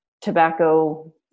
tobacco